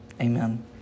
Amen